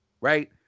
Right